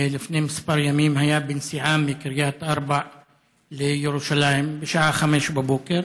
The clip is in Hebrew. לפני כמה ימים היה בנסיעה מקריית ארבע לירושלים בשעה 05:00,